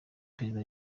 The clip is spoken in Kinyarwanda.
perezida